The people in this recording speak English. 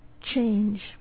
change